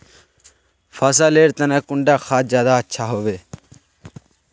फसल लेर तने कुंडा खाद ज्यादा अच्छा हेवै?